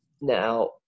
Now